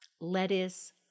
lettuce